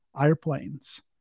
airplanes